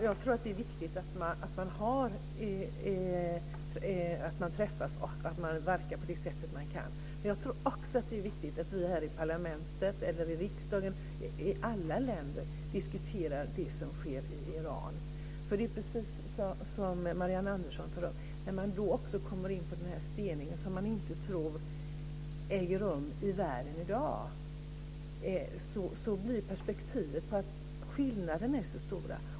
Fru talman! Det är viktigt att man träffas och verkar på det sätt man kan. Det är också viktigt att parlament i alla länder diskuterar det som sker i Iran. Marianne Andersson tog upp steningen, som man inte tror äger rum i världen i dag. Då får man perspektiv och ser att skillnaderna är mycket stora.